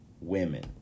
women